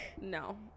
No